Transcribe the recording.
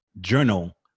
journal